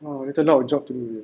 !wah! later a lot of job to do